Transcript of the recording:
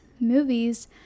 movies